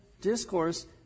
discourse